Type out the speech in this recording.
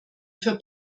für